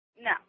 No